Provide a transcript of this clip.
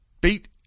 beat